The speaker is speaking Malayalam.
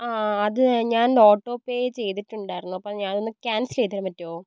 ആ അത് ഞാൻ ഓട്ടോ പേ ചെയ്തിട്ടുണ്ടായിരുന്നു അപ്പം ഞാൻ ഒന്ന് ക്യാൻസൽ ചെയ്ത് തരാൻ പറ്റുവോ